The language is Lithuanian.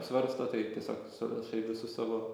svarsto tai tiesiog surašai visus savo